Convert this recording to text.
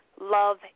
love